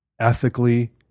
ethically